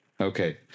Okay